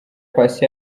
patient